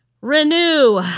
Renew